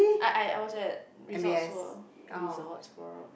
I I I was at Resorts World Resorts World